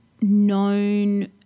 known